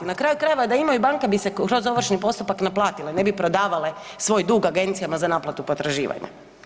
Na kraju krajeva da imaju banka bi se kroz ovršni postupak naplatila i ne bi prodavale svoj dug agencijama za naplatu potraživanja.